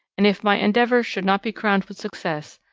and if my endeavours should not be crowned with success,